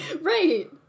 Right